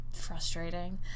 frustrating